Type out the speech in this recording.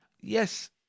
Yes